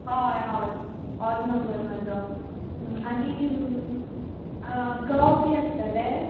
हय हय होच नंबर म्हजो आनी गंव बी आसतलें